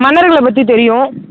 மன்னர்களை பற்றி தெரியும்